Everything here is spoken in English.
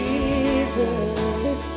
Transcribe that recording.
Jesus